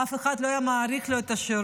אף אחד לא היה מאריך לו את השירות.